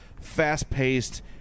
fast-paced